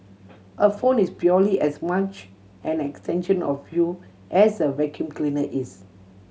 a phone is purely as much an extension of you as a vacuum cleaner is